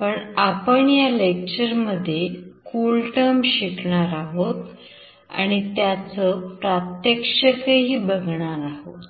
पण आपण या लेक्चरमध्ये CoolTerm शिकणार आहोत आणि त्याचा प्रात्यक्षिकही बघणार आहोत